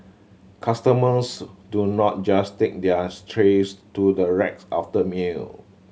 customers do not just take theirs trays to the rack after a meal